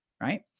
right